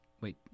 Wait